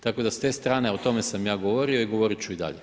Tako da s te strane o tome sam ja govorio i govorit ću i dalje.